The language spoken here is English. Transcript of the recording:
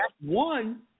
one